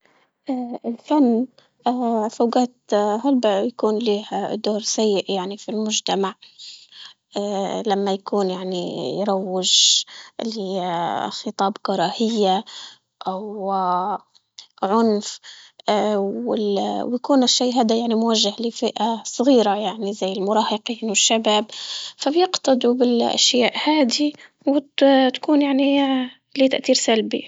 الفن في أوقات هلبة يكون ليه دور سيء، يعني في المجتمع لما يكون يعني يروج لخطاب كراهية أو عنف وال- ويكون الشي هادا يعني موجه لفئة صغيرة، يعني المراهقين والشباب، فبيقتدوا بالاشياء هادي وت- تكون يعني ليه تأثير سلبي.